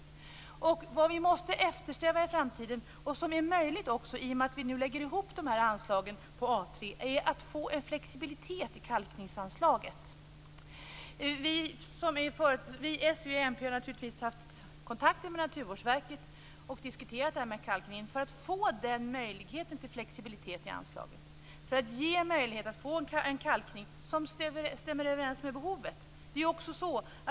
Vad vi måste eftersträva i framtiden - och det blir också möjligt i och med att vi lägger ihop anslagen på A 3 - är att åstadkomma en flexibilitet i kalkningsanslaget. S, v och mp har naturligtvis haft kontakter med Naturvårdsverket och diskuterat kalkningen, för att få den möjligheten till flexibilitet i anslaget, för att ge möjlighet att få en kalkning som stämmer överens med behovet.